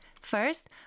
First